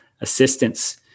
assistance